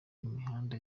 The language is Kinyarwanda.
imihanda